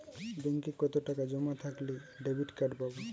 ব্যাঙ্কে কতটাকা জমা থাকলে ডেবিটকার্ড পাব?